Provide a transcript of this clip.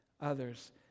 others